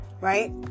right